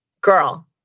girl